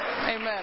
amen